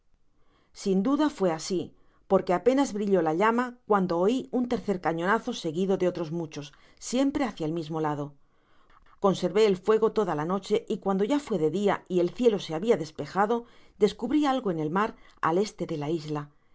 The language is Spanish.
sin duda fué asi porque apenas brilló la llama cuando oi un tercer cañonazo seguido do olres muchos siempre hácia el mismo lado conservé el fuego toda la noche y cuando ya fué de dia y el cielo se habia despejado descubri algo en el mar al este de la isla